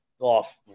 off